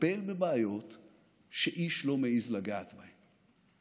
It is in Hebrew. לטפל בבעיות שאיש לא מעז לגעת בהן.